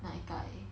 奶盖